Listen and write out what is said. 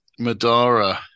Madara